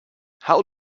how